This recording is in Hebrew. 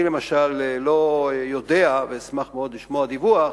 אני למשל לא יודע, אשמח מאוד לשמוע דיווח,